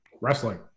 wrestling